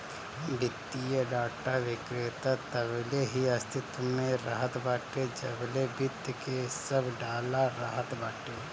वित्तीय डाटा विक्रेता तबले ही अस्तित्व में रहत बाटे जबले वित्त के सब डाला रहत बाटे